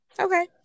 Okay